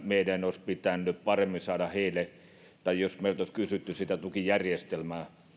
meidän olisi pitänyt paremmin saada imflle tai jos meiltä olisi kysytty sitä tukijärjestelmää